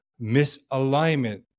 misalignment